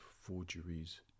forgeries